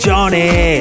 Johnny